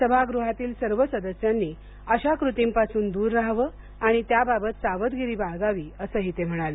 सभागृहातील सर्व सदस्यांनी अशा कृतींपासून दूर राहावे आणि त्याबाबत सावधगिरी बाळगावी असंही ते म्हणाले